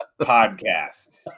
podcast